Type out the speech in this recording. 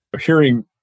hearing